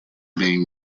being